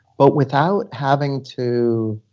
but without having to.